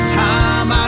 time